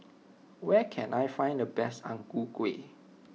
where can I find the best Ang Ku Kueh